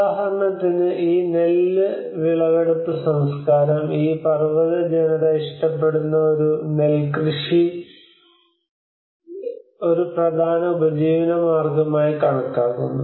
ഉദാഹരണത്തിന് ഈ നെല്ല് വിളവെടുപ്പ് സംസ്കാരം ഈ പർവ്വത ജനത ഇഷ്ടപ്പെടുന്ന ഈ നെൽകൃഷി ഒരു പ്രധാന ഉപജീവന മാർഗ്ഗമായി കണക്കാക്കുന്നു